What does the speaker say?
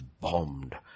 bombed